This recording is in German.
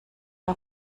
der